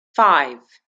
five